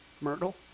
Myrtle